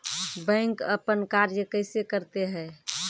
Bank अपन कार्य कैसे करते है?